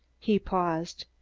he paused.